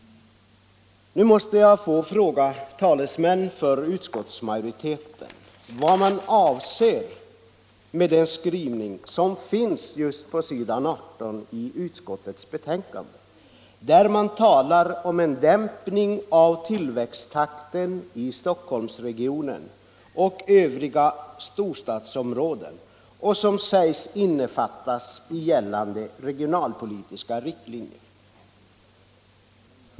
Nu måste jag få fråga talesmän för utskottsmajoriteten vad man avser med den skrivning som finns på s. 18 i utskottets betänkande där man talar om dämpning av tillväxttakten i Stockholmsregionen och övriga storstadsområden, som sägs innefattas i gällande regionalpolitiska riktlinjer.